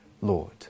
Lord